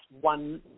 one